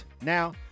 now